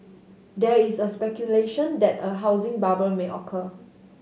there is a speculation that a housing bubble may occur